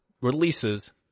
releases